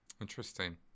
interesting